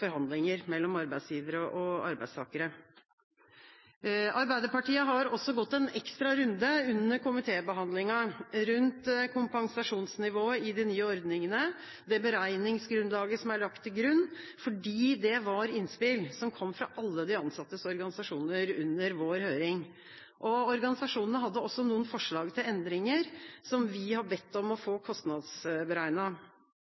forhandlinger mellom arbeidsgivere og arbeidstakere. Arbeiderpartiet har også gått en ekstra runde under komitébehandlinga rundt kompensasjonsnivået i de nye ordningene – beregningsgrunnlaget som er lagt til grunn – fordi det var innspill som kom fra alle de ansattes organisasjoner under vår høring. Organisasjonene hadde også noen forslag til endringer som vi har bedt om å